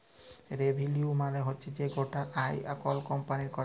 revenue মালে হচ্যে যে গটা আয় কল কম্পালি ক্যরে